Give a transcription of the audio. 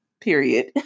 period